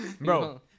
bro